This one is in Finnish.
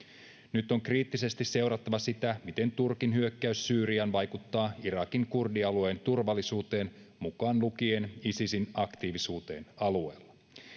nyt on kriittisesti seurattava sitä miten turkin hyökkäys syyriaan vaikuttaa irakin kurdialueen turvallisuuteen mukaan lukien isisin aktiivisuuteen alueella